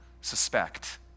suspect